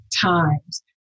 times